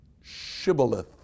shibboleth